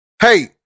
Hey